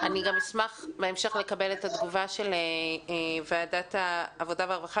אשמח בהמשך לקבל את התגובה של משרד העבודה והרווחה